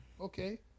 Okay